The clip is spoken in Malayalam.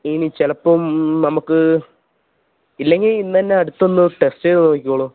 ഇനി ചിലപ്പോള് നമുക്ക് ഇല്ലെങ്കില് ഇന്നു തന്നെ അടുത്തൊന്ന് ടെസ്റ്റെയ്തു നോക്കിക്കോളു